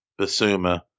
Basuma